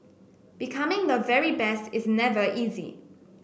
becoming the very best is never easy